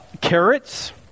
Carrots